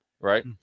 right